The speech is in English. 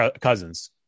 Cousins